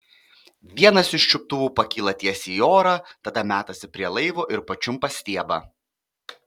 vienas iš čiuptuvų pakyla tiesiai į orą tada metasi prie laivo ir pačiumpa stiebą